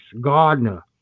Gardner